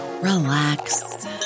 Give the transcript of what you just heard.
relax